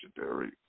legendary